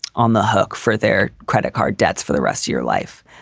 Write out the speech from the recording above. on the hook for their credit card debts for the rest of your life.